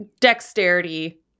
dexterity